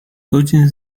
godzin